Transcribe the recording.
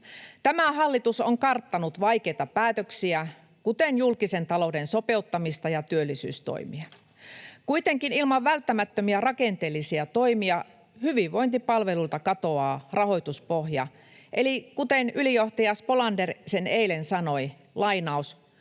Tämä hallitus on karttanut vaikeita päätöksiä, kuten julkisen talouden sopeuttamista ja työllisyystoimia. Kuitenkin ilman välttämättömiä rakenteellisia toimia hyvinvointipalveluilta katoaa rahoituspohja, eli kuten ylijohtaja Spolander sen eilen sanoi: